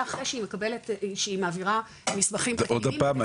אחרי שהיא מעבירה מסמכים --- עוד הפעם,